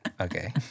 Okay